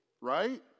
right